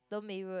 don't be rude